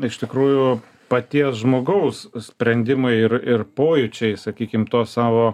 iš tikrųjų paties žmogaus sprendimai ir ir pojūčiai sakykim to savo